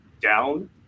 down